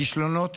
הכישלונות